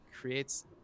creates